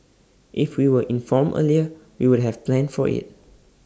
if we were informed earlier we would have planned for IT